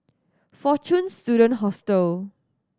Fortune Student Hostel